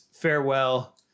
farewell